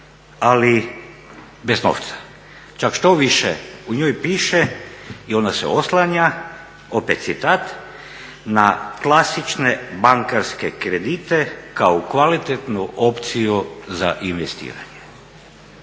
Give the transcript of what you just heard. ali bez novca. Čak štoviše, u njoj piše i ona se oslanja, opet citat, na klasične bankarske kredite kao u kvalitetnu opciju za investiranje.